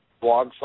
blog